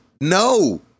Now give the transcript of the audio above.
no